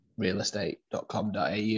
realestate.com.au